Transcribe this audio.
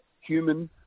human